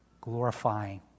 glorifying